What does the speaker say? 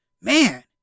Man